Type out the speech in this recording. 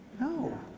No